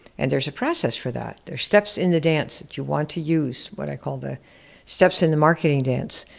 and there's a process for that. there's steps in the dance that you want to use, what i call the steps in the marketing dance.